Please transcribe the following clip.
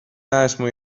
neesmu